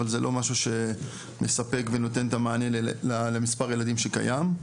אבל זה לא משהו שמספק ונותן את המענה למספר הילדים שקיים.